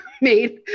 made